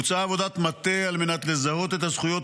בוצעה עבודת מטה על מנת לזהות את הזכויות